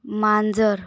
मांजर